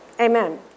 Amen